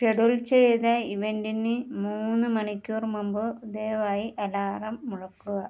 schedule ചെയ്ത ഇവൻറിന് മൂന്ന് മണിക്കൂർ മുമ്പ് ദയവായി അലാറം മുഴക്കുക